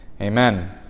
Amen